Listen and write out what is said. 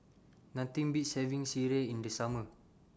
Nothing Beats having Sireh in The Summer